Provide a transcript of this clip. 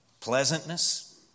Pleasantness